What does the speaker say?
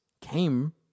came